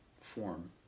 form